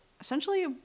essentially